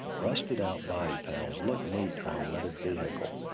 rusted out body panels look neat on a weathered vehicle.